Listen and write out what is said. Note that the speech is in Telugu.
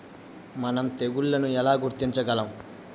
మనం తెగుళ్లను ఎలా గుర్తించగలం?